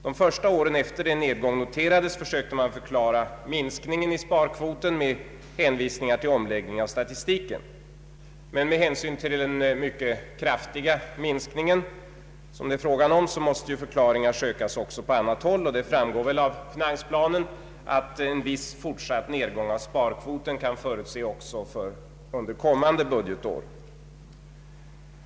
De första åren efter det att en nedgång noterats försökte man förklara minskningen i sparkvoten med hänvisningar till omläggning av statistiken. Med hänsyn till den mycket kraftiga minskning som det är fråga om måste emellertid förklaringar sökas också på annat håll. Det framgår av finansplanen att en viss fortsatt nedgång av sparkvoten kan förutses även för kommande budgetår.